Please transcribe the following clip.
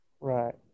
Right